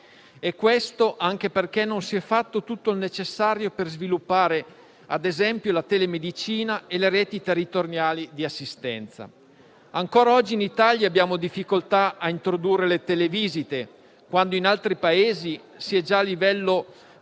e questo anche perché non si è fatto tutto il necessario per sviluppare - per esempio - la telemedicina e le reti territoriali di assistenza. Ancora oggi in Italia abbiamo difficoltà a introdurre le televisite, quando in altri Paesi si è già livello